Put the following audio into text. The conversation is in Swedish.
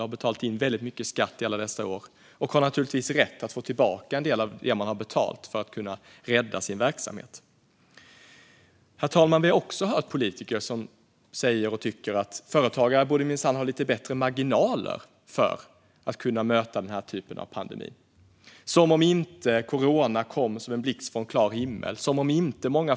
De har betalat in väldigt mycket skatt i alla dessa år och har naturligtvis rätt att få tillbaka en del av det de har betalat för att kunna rädda sin verksamhet. Herr talman! Vi har också hört politiker som säger och tycker att företagare minsann borde ha lite bättre marginaler för att kunna möta denna typ av pandemi - som om inte corona kom som en blixt från klar himmel!